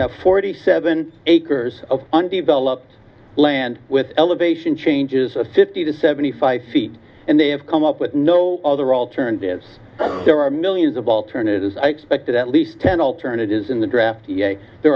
have forty seven acres of undeveloped land with elevation changes of fifty seventy five feet and they have come up with no other alternatives there are millions of alternatives i expected at least ten alternatives in the draft there